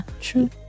true